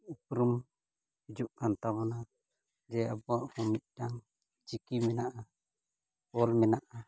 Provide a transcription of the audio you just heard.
ᱩᱯᱨᱩᱢ ᱦᱤᱡᱩᱜ ᱠᱟᱱ ᱛᱟᱵᱚᱱᱟ ᱡᱮ ᱟᱵᱚᱣᱟᱜ ᱦᱚᱸ ᱢᱤᱫᱴᱟᱝ ᱪᱤᱠᱤ ᱢᱮᱱᱟᱜᱼᱟ ᱚᱞ ᱢᱮᱱᱟᱜᱼᱟ